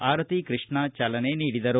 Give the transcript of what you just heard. ಆರತಿ ಕೃಷ್ಣ ಚಾಲನೆ ನೀಡಿದರು